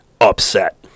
upset